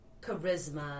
charisma